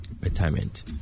retirement